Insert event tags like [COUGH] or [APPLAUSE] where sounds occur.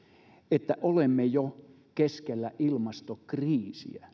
että olemme jo keskellä ilmastokriisiä [UNINTELLIGIBLE]